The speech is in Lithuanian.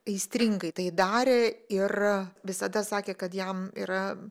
aistringai tai darė ir visada sakė kad jam yra